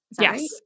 Yes